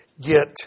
get